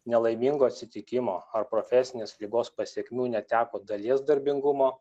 nelaimingo atsitikimo ar profesinės ligos pasekmių neteko dalies darbingumo